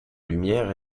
lumière